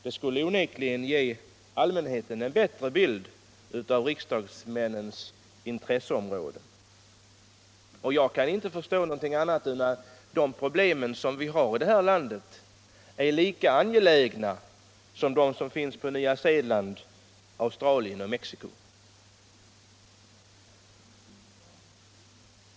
Det skulle onekligen ge allmänheten en bättre bild av riksdagsmännens intresseområde. Jag kan inte förstå annat än att de problem som vi har i detta land är lika angelägna som de som finns på Nya Zeeland, i Australien och i Mexico.